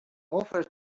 offer